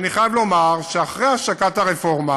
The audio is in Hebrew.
אני חייב לומר שאחרי השקת הרפורמה